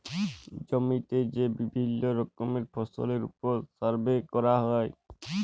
জমিতে যে বিভিল্য রকমের ফসলের ওপর সার্ভে ক্যরা হ্যয়